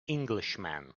englishman